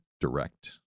direct